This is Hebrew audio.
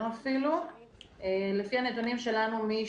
לפי הנתונים שלנו,